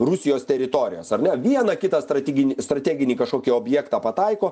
rusijos teritorijos ar ne vieną kitą strateginį strateginį kažkokį objektą pataiko